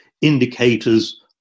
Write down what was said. indicators